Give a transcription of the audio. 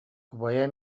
убайа